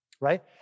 right